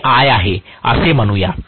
हे I आहे असे म्हणूया